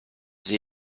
sie